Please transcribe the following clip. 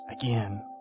again